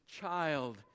child